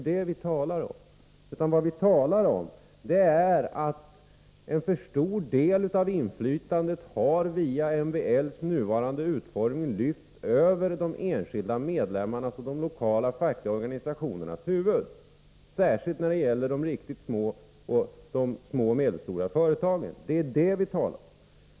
Det vi talar om är att en för stor del av inflytandet har via MBL:s nuvarande utformning lyfts över de enskilda medlemmarnas och de lokala fackliga organisationernas huvuden. Särskilt gäller detta hos de små och medelstora företagen. Det är det vi talar om.